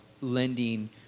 lending